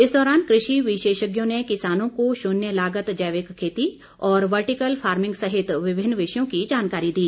इस दौरान कृषि विशेषज्ञों ने किसानों को शून्य लागत जैविक खेती और वर्टिकल फार्मिंग सहित विभिन्न विषयों की जानकारी दी